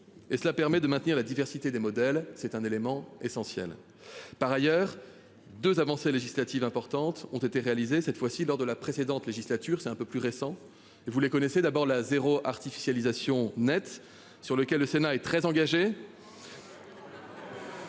cela permet de maintenir la diversité des modèles. C'est un élément essentiel. Par ailleurs 2 avancées législatives importantes ont été réalisées cette fois-ci, lors de la précédente législature. C'est un peu plus récent et vous les connaissez, d'abord la zéro artificialisation nette sur lequel le Sénat est très engagé.